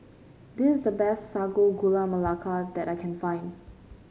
this is the best Sago Gula Melaka that I can find